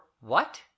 what